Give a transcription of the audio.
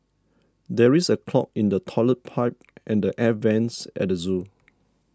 there is a clog in the Toilet Pipe and the Air Vents at the zoo